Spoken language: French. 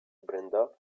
brenda